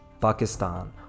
Pakistan